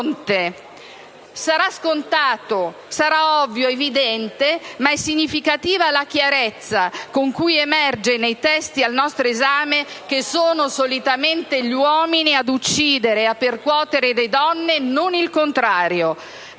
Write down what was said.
Sarà scontato, ovvio, evidente, ma è significativa la chiarezza con cui emerge nei testi al nostro esame che sono solitamente gli uomini ad uccidere e a percuotere le donne e non il contrario.